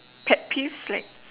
pet peeve like